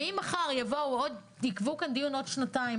ואם יקבעו כאן דיון בעוד שנתיים,